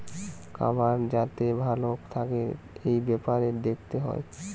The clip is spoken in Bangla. খাবার যাতে ভালো থাকে এই বেপারে দেখতে হয়